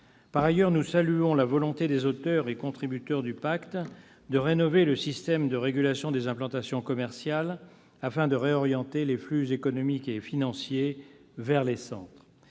Par ailleurs, nous saluons la volonté des auteurs et contributeurs du pacte de rénover le système de régulation des implantations commerciales afin de réorienter les flux économiques et financiers vers les centres.